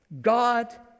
God